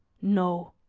no,